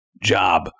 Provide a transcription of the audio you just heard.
job